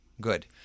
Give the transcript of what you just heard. Good